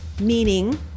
meaning